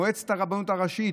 מועצת הרבנות הראשית,